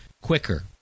quicker